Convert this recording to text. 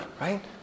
right